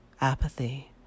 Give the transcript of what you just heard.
apathy